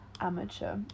amateur